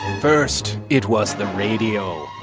first, it was the radio,